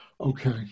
Okay